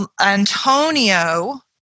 Antonio